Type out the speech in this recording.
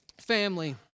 family